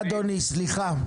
--- תודה, וסליחה.